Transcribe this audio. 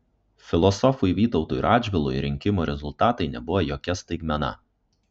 filosofui vytautui radžvilui rinkimų rezultatai nebuvo jokia staigmena